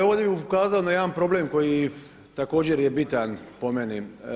Ovdje bih ukazao na jedan problem koji također je bitan po meni.